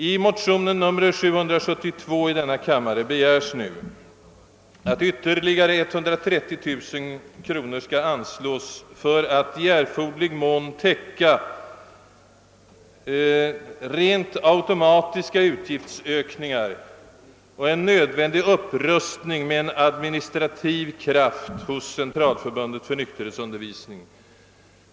I motionen II: 772 begärs nu att ytterligare 130 000 kronor skall anslås för att i erforderlig mån täcka rent automatiska utgiftsökningar och få till stånd en nödvändig upprustning med en administrativ kraft hos Centralförbundet för nykterhetsundervisning.